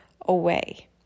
away